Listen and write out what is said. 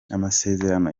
amasezerano